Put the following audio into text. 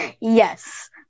Yes